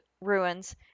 ruins